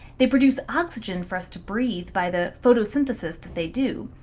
they produce oxygen for us to breathe by the photosynthesis that they do.